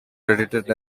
credited